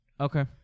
Okay